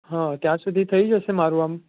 હ ત્યાં સુધી થઈ જશે મારું આમ